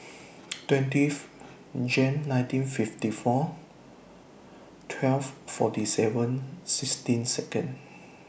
twentieth Jan nineteen fifty four twelve forty seven sixteen Second